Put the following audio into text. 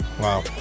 Wow